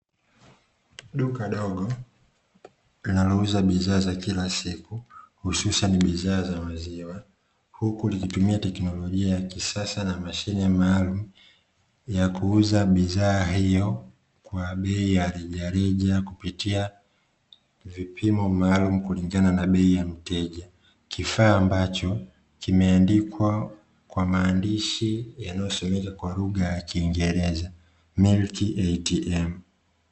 Duka dogo linauliza bidhaa za kila siku hususan bidhaa za maziwa, huku likitumia teknolojia ya kisasa na mashine maalumu ya kuuza, bidhaa hiyo kwa bei ya rejareja kupitia vipimo maalumu kulingana. na bei ya mteja kifaa ambacho kimeandikwa kwa maandishi yanayosomeka kwa lugha ya kiingereza milki a t m